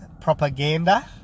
propaganda